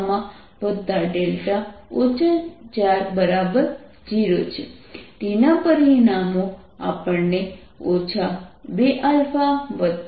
α 3β2γδ 40 T ના પરિમાણો આપણને 2α3β 1 મળશે